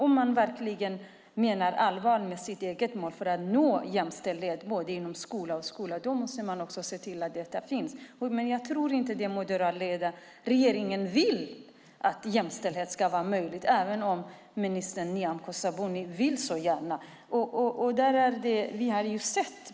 Om man verkligen menar allvar med sitt mål för att nå jämställdhet inom både förskola och skola måste man se till att det här finns med. Jag tror dock inte att den moderatledda regeringen vill att jämställdhet ska vara möjligt, även om minister Nyamko Sabuni så gärna vill det.